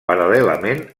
paral·lelament